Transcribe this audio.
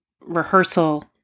rehearsal